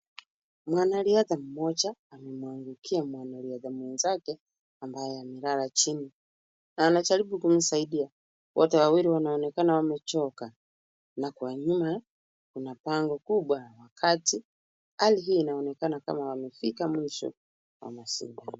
Mwanariadha mmoja amemuangukia mwanariadha mwenzake ambaye amelala chini na anajaribu kumsaidia; wote wawili wanaonekana wamechoka, na kwa nyuma kuna bango kubwa ya wakaaji. Hali hii inaonekana kana kwamba wamefika mwisho wa mashindano.